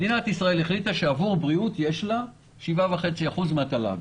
מדינת ישראל החליטה שעבור בריאות יש לה 7.5% מן התל"ג,